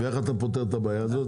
איך אתה פותר את הבעיה הזאת?